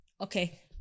Okay